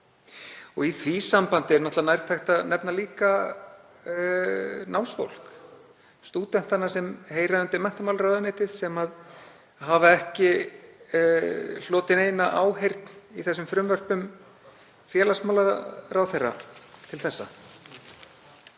Í því sambandi er nærtækt að nefna líka námsfólk, stúdentana sem heyra undir menntamálaráðuneytið sem hafa ekki hlotið neina áheyrn í þessum frumvörpum félagsmálaráðherra til þessa.